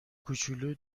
کوچولو